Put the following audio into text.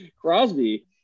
Crosby